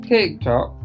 TikTok